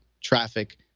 traffic